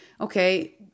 okay